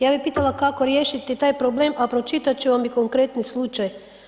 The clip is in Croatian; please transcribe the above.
Ja bih pitala kako riješiti taj problem, a pročitat ću vam i konkretni slučaj.